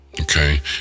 Okay